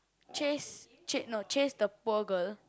chase ch~ no chase the poor girl